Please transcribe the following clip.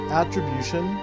attribution